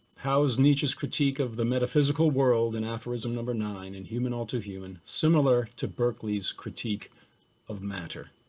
how's nietzsche's critique of the metaphysical world in aphorism number nine in human all too human, similar to berkley's critique of matter?